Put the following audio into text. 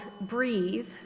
Breathe